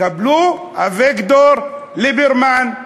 קבלו: אביגדור ליברמן.